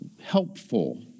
helpful